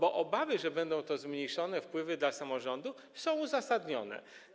Obawy, że będą zmniejszone wpływy dla samorządów, są uzasadnione.